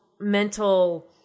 mental